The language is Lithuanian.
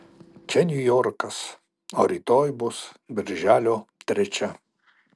čia niujorkas o rytoj bus birželio trečia